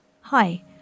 Hi